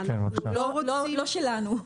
לא שלנו.